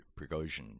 prigozhin